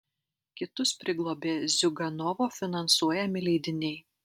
kitus priglobė ziuganovo finansuojami leidiniai